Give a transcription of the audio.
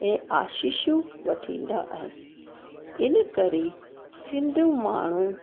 ऐं आसीसूं वठंदा आहिनि इन करे सिंधु माण्हू